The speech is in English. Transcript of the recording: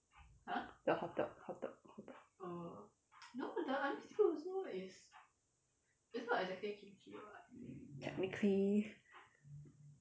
the hotteok hotteok hotteok technically